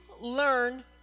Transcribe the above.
learn